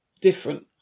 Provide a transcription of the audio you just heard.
different